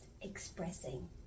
expressing